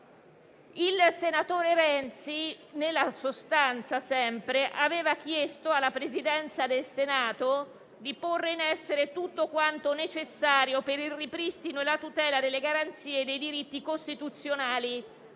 Il senatore Renzi, nella sostanza, aveva chiesto alla Presidenza del Senato di porre in essere tutto quanto necessario per il ripristino e la tutela delle garanzie dei diritti costituzionali